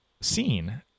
seen